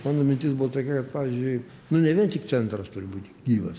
mano mintis buvo tokia kad pavyzdžiui nu ne vien tik centras turi būti gyvas